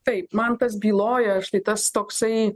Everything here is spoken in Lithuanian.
taip man tas byloja štai tas toksai